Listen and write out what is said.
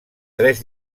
tres